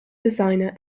designer